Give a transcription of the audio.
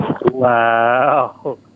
Wow